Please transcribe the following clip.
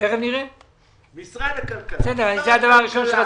תכף נראה אם הוא כאן.